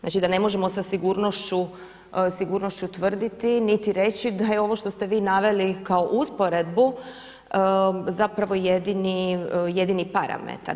Znači da ne možemo sa sigurnošću tvrditi niti reći da je ovo što ste vi naveli kao usporedbu zapravo jedini parametar.